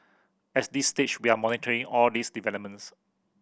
at this stage we are monitoring all these developments